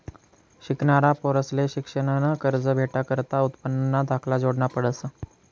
शिकनारा पोरंसले शिक्शननं कर्ज भेटाकरता उत्पन्नना दाखला जोडना पडस